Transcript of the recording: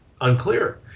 Unclear